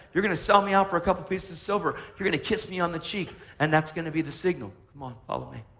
you're going to sell me out for a couple pieces of silver. you're going to kiss me on the cheek and that's going to be the signal. come on. follow me.